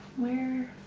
where?